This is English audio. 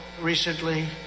recently